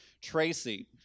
Tracy